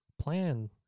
plan